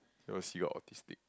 that was seagull autistic